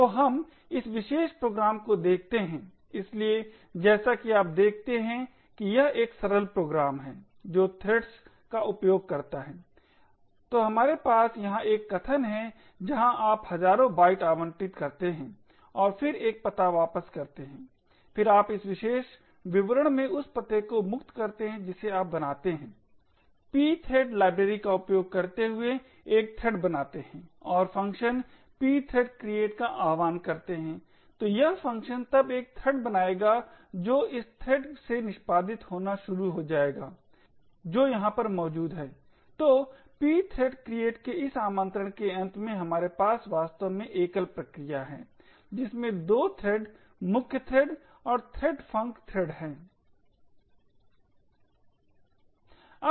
तो हम इस विशेष प्रोग्राम को देखते हैं इसलिए जैसा कि आप देखते हैं कि यह एक सरल प्रोग्राम है जो थ्रेड्स का उपयोग करता है तो हमारे पास यहां एक बयान है जहां आप हजारों बाइट आवंटित करते हैं और फिर एक पता वापस करते हैं फिर आप इस विशेष विवरण में उस पते को मुक्त करते हैं जिसे आप बनाते हैं pthread लाइब्रेरी का उपयोग करते हुए एक थ्रेड बनाते है और फ़ंक्शन pthread create का आह्वान करता है तो यह फ़ंक्शन तब एक थ्रेड बनाएगा जो इस थ्रेड से निष्पादित होना शुरू हो जाएगा जो यहाँ पर मौजूद है तो pthread create के इस आमंत्रण के अंत में हमारे पास वास्तव में एकल प्रक्रिया है जिसमें 2 थ्रेड मुख्य थ्रेड और threadfunc थ्रेड है